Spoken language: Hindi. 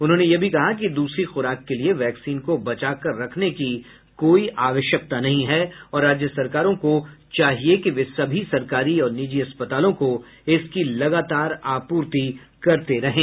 उन्होंने यह भी कहा कि दूसरी खुराक के लिए वैक्सीन को बचाकर रखने की कोई आवश्यकता नहीं है और राज्य सरकारों को चाहिए कि वे सभी सरकारी और निजी अस्पतालों को इसकी लगातार आपूर्ति करते रहें